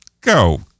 go